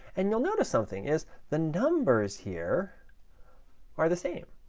and you'll notice something is the numbers here are the same.